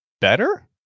better